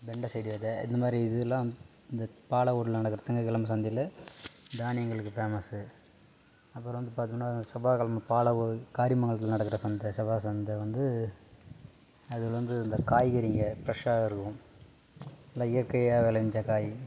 வெண்டச்செடி வித இது மாதிரி இதுல்லாம் இந்த பாலவூரில் நடக்கிற திங்ககிழம சந்தையில் தானியங்களுக்கு ஃபேமஸ்ஸு அப்புறம் வந்து பார்த்தோம்னா செவ்வாக்கிழம பாலவூர் காரியமங்கலத்தில் நடக்கிற சந்தை செவ்வாய் சந்தை வந்து அது வந்து இந்த காய்கறிங்க ஃப்ரெஷ்ஷாக இருக்கும் நல்லா இயற்கையாக விளஞ்ச காய்